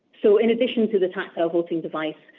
so, in addition to the tactile voting device,